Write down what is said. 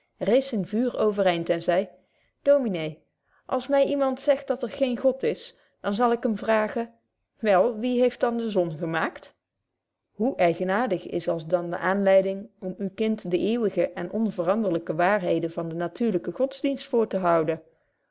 rees in vuur overëind en zei dominé als my iemand zegt dat er geen god is dan zal ik hem vraagen wel wie heeft dan de zon gemaakt hoe eigenaartig is als dan de aanleiding om uw kind de eeuwige en onveranderlyke waarheden van den natuurlyken godsdienst voor te houden